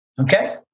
Okay